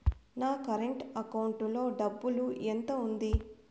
నా current account లో డబ్బులు ఎంత ఉంది?